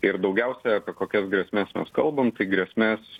ir daugiausia apie kokias grėsmes mes kalbam tai grėsmes